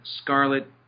Scarlet